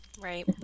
Right